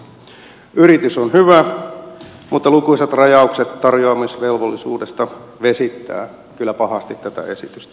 yritys on hyvä mutta lukuisat rajaukset tarjoamisvelvollisuudesta vesittävät kyllä pahasti tätä esitystä